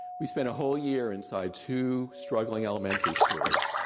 we spent a whole year inside two struggling elementary schools.